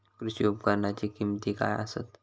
कृषी उपकरणाची किमती काय आसत?